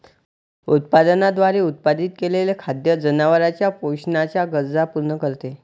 उत्पादनाद्वारे उत्पादित केलेले खाद्य जनावरांच्या पोषणाच्या गरजा पूर्ण करते